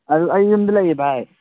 ꯑꯗꯨ ꯑꯩ ꯌꯨꯝꯗ ꯂꯩꯌꯦ ꯚꯥꯏ